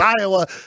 Iowa